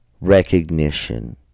recognition